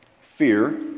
fear